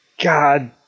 god